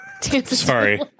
Sorry